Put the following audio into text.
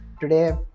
Today